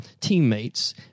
teammates